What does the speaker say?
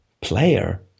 player